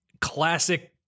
classic